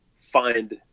find